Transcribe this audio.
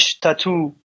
tattoo